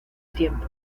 tiempo